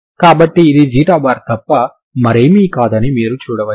కాబట్టి ఇది ξ తప్ప మరేమీ కాదని మీరు చూడవచ్చు